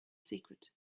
secret